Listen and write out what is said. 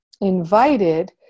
invited